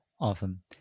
Awesome